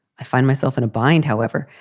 i find myself in a bind, however,